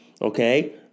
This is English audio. okay